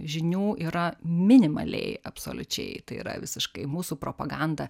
žinių yra minimaliai absoliučiai tai yra visiškai mūsų propaganda